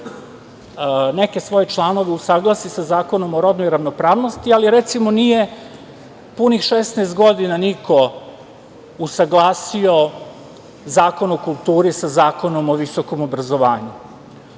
neke svoje članove usaglasi sa Zakonom o rodnoj ravnopravnosti, ali recimo nije punih 16 godina niko usaglasio Zakon o kulturi sa Zakonom o visokom obrazovanju.